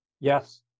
Yes